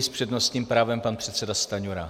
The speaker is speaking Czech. S přednostním právem pan předseda Stanjura.